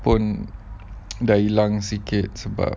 pun dah hilang sikit sebab